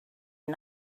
and